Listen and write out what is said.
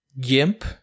GIMP